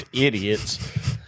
idiots